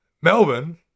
Melbourne